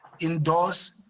indoors